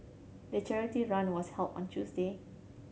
the charity run was held on Tuesday